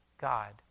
God